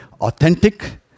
authentic